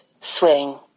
Swing